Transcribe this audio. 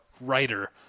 writer